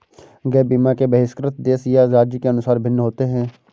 gap बीमा के बहिष्करण देश या राज्य के अनुसार भिन्न होते हैं